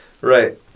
Right